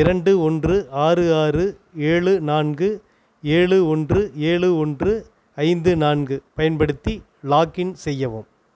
இரண்டு ஒன்று ஆறு ஆறு ஏழு நான்கு ஏழு ஒன்று ஏழு ஒன்று ஐந்து நான்கு பயன்படுத்தி லாக்இன் செய்யவும்